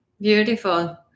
Beautiful